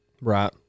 Right